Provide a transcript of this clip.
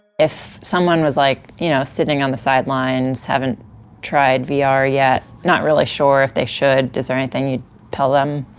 if someone was like you know sitting on the sidelines, haven't tried vr ah vr yet, not really sure if they should, is there anything you'd tell them?